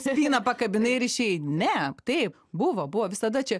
spyną pakabinai ir išėjai ne taip buvo buvo visada čia